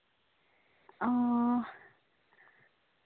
ᱚ